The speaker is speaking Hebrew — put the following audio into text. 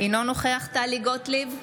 אינו נוכח טלי גוטליב,